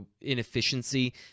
inefficiency